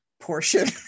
portion